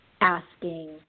asking